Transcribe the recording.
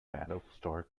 battlestar